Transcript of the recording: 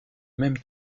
même